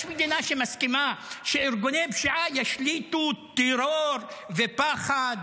יש מדינה שמסכימה שארגוני פשיעה ישליטו טרור ופחד